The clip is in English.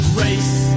race